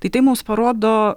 tai tai mums parodo